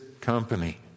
company